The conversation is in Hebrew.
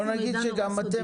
בואו נגיד שגם אתם,